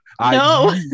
No